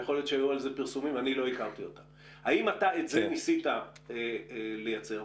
האם ניסית לייצר את זה?